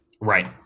Right